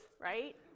right